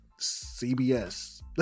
CBS